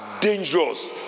dangerous